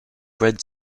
bred